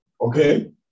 Okay